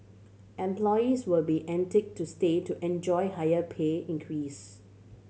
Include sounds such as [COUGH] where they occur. employees will be [UNINTELLIGIBLE] to stay to enjoy higher pay increase